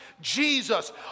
Jesus